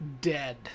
dead